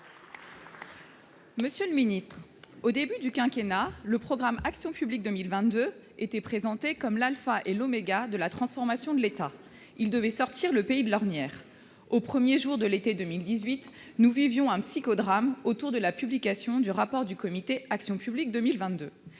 Républicains. Au début du quinquennat, le programme Action publique 2022 était présenté comme l'alpha et l'oméga de la transformation de l'État. Il devait sortir le pays de l'ornière. Aux premiers jours de l'été 2018, nous vivions un psychodrame autour de la publication du rapport du comité Action publique 2022.